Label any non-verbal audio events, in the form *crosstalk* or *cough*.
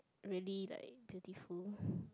really like beautiful *breath*